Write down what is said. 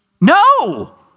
No